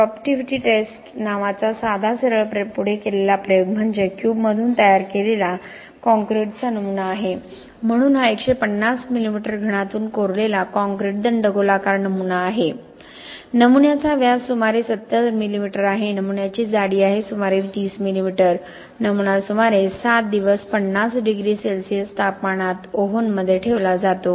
sorptivity test नावाचा साधा सरळ पुढे केलेला प्रयोग म्हणजे क्यूबमधून तयार केलेला कॉंक्रिटचा नमुना आहे म्हणून हा 150 मिमी घनातून कोरलेला कॉंक्रिट दंडगोलाकार नमुना आहे नमुन्याचा व्यास सुमारे 70 मिमी आहे नमुन्याची जाडी आहे सुमारे 30 मिलीमीटर नमुना सुमारे 7 दिवस 50 डिग्री सेल्सिअस तापमानात ओव्हनमध्ये ठेवला जातो